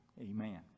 Amen